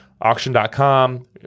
Auction.com